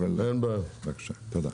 תודה.